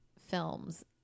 films